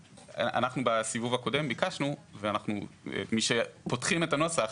בסיבוב הקודם ביקשנו, וכשפותחים את הנוסח